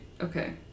okay